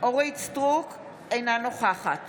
אורית מלכה סטרוק, אינה נוכחת